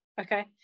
okay